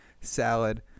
Salad